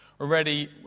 already